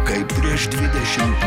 kaip prieš dvidešimt